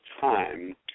time